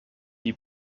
die